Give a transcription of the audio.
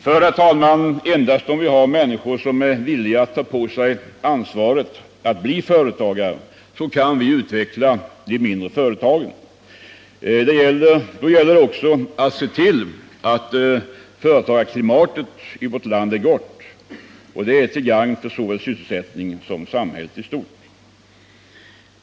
För, herr talman, endast om vi har människor som är villiga att ta på sig ansvaret att bli företagare, så kan vi utveckla de mindre företagen. Då gäller det också att se till att företagarklimatet i vårt land är gott. Det är till gagn för såväl sysselsättningen som samhället i stort.